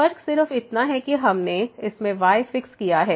फर्क सिर्फ इतना है कि हमने इसमें y फिक्स किया है